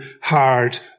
hard